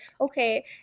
okay